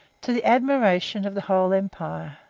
to the admiration of the whole empire,